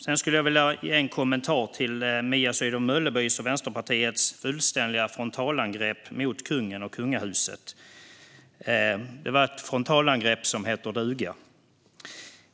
Sedan skulle jag vilja ge en kommentar till Mia Sydow Möllebys och Vänsterpartiets fullständiga frontalangrepp mot kungen och kungahuset. Det var ett frontalangrepp som heter duga.